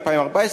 2014,